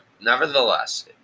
nevertheless